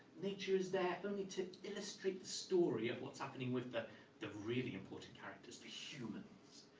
nature is there only to illustrate the story of what's happening with the the really important characters the humans.